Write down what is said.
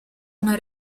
una